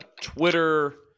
Twitter